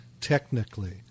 technically